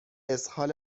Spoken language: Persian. اسهال